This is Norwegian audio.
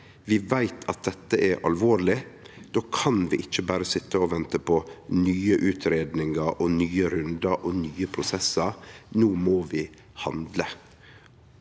vi veit at dette er alvorleg, og då kan vi ikkje berre sitje og vente på nye utgreiingar, nye rundar og nye prosessar. No må vi handle.